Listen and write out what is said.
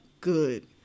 good